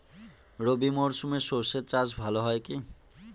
রবি মরশুমে সর্ষে চাস ভালো হয় কি?